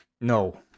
No